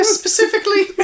specifically